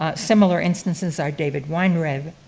ah similar instances are david weinreb,